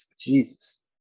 Jesus